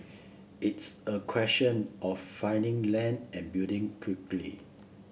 it's a question of finding land and building quickly